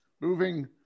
moving